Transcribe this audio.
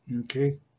okay